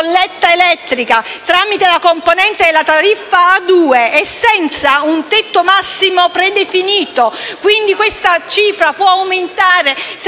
bolletta elettrica attraverso la componente tariffaria A2 e senza un tetto massimo predefinito, quindi questa cifra può aumentare